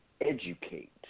educate